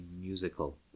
musical